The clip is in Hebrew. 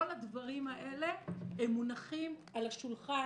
כל הדברים האלה הם מונחים על השולחן